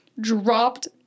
dropped